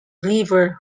river